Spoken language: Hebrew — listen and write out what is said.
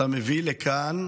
שאתה מביא לכאן